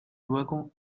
luego